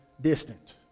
distant